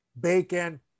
bacon